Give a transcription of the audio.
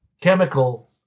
chemical